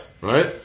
Right